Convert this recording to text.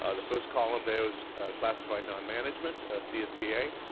ah the first column there is classified non-management csea.